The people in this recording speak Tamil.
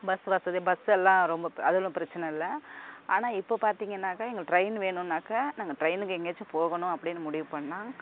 பஸ் வசதி பஸ்ஸெல்லாம் ரொம்ப பெ அது ஒன்றும் பிரச்சின இல்லை ஆனால் இப்போ பார்த்தீங்கன்னாக்கா எங்களுக்கு ட்ரெயின் வேணும்னாக்கால் நாங்கள் ட்ரெயினுக்கு எங்கேயாச்சும் போகணும் அப்படின்னு முடிவு பண்ணிணா